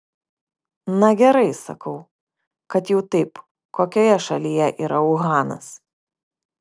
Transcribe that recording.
na gerai sakau kad jau taip kokioje šalyje yra uhanas